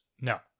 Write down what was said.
no